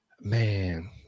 Man